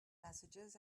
messages